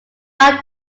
why